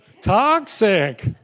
Toxic